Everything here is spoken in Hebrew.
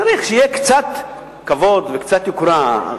צריך שיהיה קצת כבוד וקצת יוקרה.